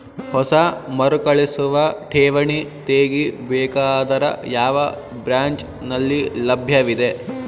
ಹೊಸ ಮರುಕಳಿಸುವ ಠೇವಣಿ ತೇಗಿ ಬೇಕಾದರ ಯಾವ ಬ್ರಾಂಚ್ ನಲ್ಲಿ ಲಭ್ಯವಿದೆ?